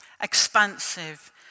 expansive